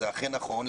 וזה אכן נכון,